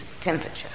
temperature